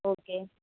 okay